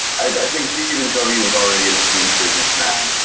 i think stephen covey was already an esteemed business man,